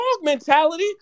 mentality